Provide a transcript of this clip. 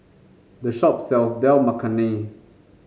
this shop sells Dal Makhani